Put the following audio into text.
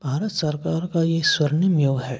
भारत सरकार का ये स्वर्णिम युग है